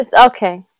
okay